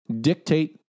dictate